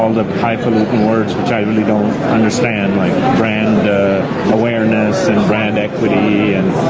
um the high-faluting words, which i really don't understand, like brand awareness and brand equity and,